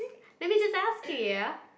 let me just ask you ya